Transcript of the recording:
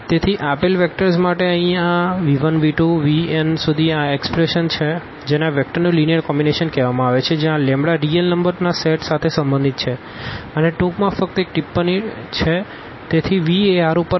તેથી આપેલ વેક્ટર્સ માટે અહીં આ v1v2vn આ એક્ષપ્રેશન vλ1v12v2nvn જેને આ વેક્ટર્સનું લીનીઅર કોમ્બીનેશન કહેવામાં આવે છે જ્યાં આ લેમ્બડા રીઅલ નંબરના સેટ સાથે સંબંધિત છે અને ટૂંકમાં ફક્ત એક ટિપ્પણી ટૂંકી છે